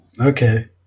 Okay